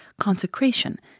consecration